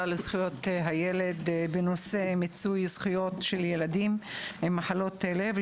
לזכויות ילד לדיון בנושא מיצוי זכויות של ילדים עם מחלות לב,